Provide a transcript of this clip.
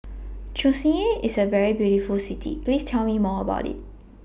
Chisinau IS A very beautiful City Please Tell Me More about IT